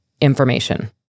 information